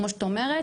כמו שאת אומרת,